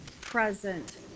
present